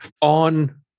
on